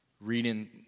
reading